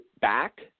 back –